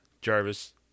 Jarvis